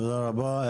תודה רבה.